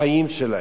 בחיים שלהם.